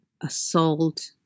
assault